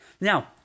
now